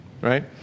right